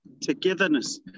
togetherness